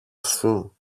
σου